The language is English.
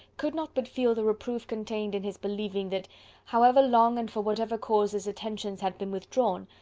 could not but feel the reproof contained in his believing, that however long, and for whatever cause, his attentions had been withdrawn,